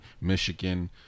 Michigan